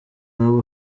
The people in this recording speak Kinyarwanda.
waba